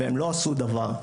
והם לא עשו דבר.